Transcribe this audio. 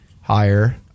higher